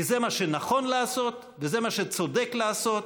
כי זה מה שנכון לעשות וזה מה שצודק לעשות,